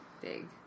big